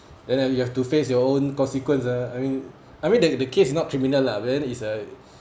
then have you have to face your own consequence ah I mean I mean that the case is not criminal lah well is a